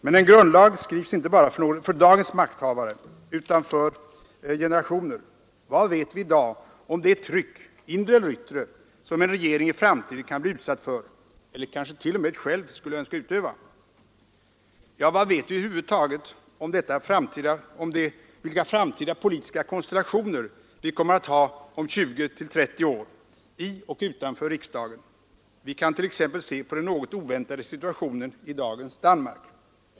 Men en grundlag skrivs inte bara för dagens makthavare utan för generationer. Vad vet vi i dag om det tryck, inre eller yttre, som en regering i framtiden kan bli utsatt för — eller kanske t.o.m. själv skulle önska utöva? Vet vi över huvud taget vilka politiska konstellationer vi kommer att ha om 20—30 år i och utanför riksdagen? Vi kan t.ex. se på den något oväntade situationen i dagens Danmark.